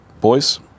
boys